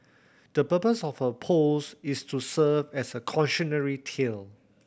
the purpose of her post is to serve as a cautionary tale